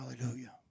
Hallelujah